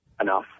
enough